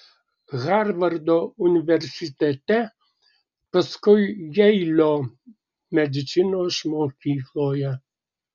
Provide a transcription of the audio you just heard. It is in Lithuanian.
harvardo universitete paskui jeilio medicinos mokykloje